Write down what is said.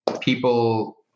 people